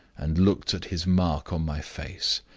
and looked at his mark on my face.